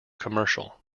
commercial